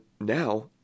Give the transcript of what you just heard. now